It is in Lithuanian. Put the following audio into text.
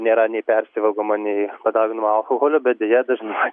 nėra nei persivalgoma nei padauginama alkoholio bet deja dažnai